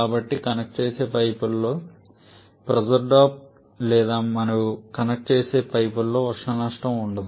కాబట్టి కనెక్ట్ చేసే పైపులలో ప్రెజర్ డ్రాప్ లేదు మరియు కనెక్ట్ చేసే పైపులలో ఉష్ణ నష్టం ఉండదు